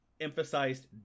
emphasized